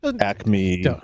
Acme